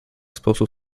sposób